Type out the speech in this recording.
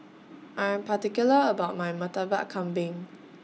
I'm particular about My Murtabak Kambing